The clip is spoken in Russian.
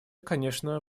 конечно